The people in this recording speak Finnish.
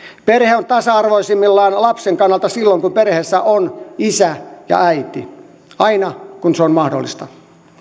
perhe on tasa arvoisimmillaan lapsen kannalta silloin kun perheessä on isä ja äiti aina kun se on mahdollista